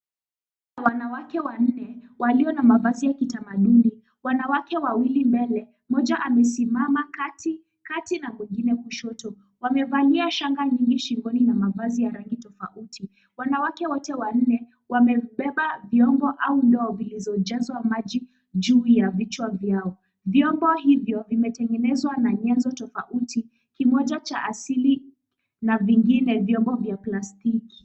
Wanawake wanne walio na mavazi ya kitamaduni. Wanawake wawili mbele mmoja amesimama katikati na mwingine kushoto. Wamevalia shanga nyingi shingoni na mavazi ya rangi tofauti. Wanawake wote wanne wamebeba vyombo au ndoo zilizo jazwa maji juu ya vichwa vyao. Vyombo hivyo vimetengenezwa na nyenzo tofauti. Kimoja cha asili na vingine vyombo vya plastiki.